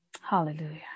Hallelujah